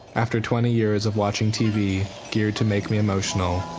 after twenty years of watching tv geared to make me emotional,